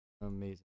amazing